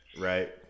Right